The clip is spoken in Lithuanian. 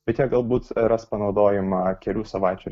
bet jie galbūt ras panaudojimą kelių savaičių